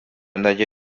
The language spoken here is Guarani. ndaje